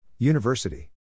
University